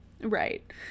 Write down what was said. Right